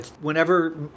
Whenever